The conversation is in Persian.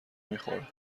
میخورم